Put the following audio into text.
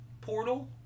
portal